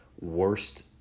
worst